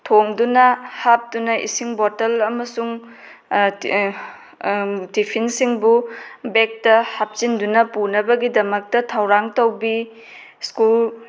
ꯊꯣꯡꯗꯨꯅ ꯍꯥꯞꯇꯨꯅ ꯏꯁꯤꯡ ꯕꯣꯇꯜ ꯑꯃꯁꯨꯡ ꯇꯤꯐꯤꯟꯁꯤꯡꯕꯨ ꯕꯦꯛꯇ ꯍꯥꯞꯆꯤꯟꯗꯨꯅ ꯄꯨꯅꯕꯒꯤꯗꯃꯛꯇ ꯊꯧꯔꯥꯡ ꯇꯧꯕꯤ ꯁ꯭ꯀꯨꯜ